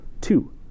Two